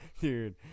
dude